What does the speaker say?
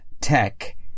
Tech